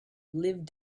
lived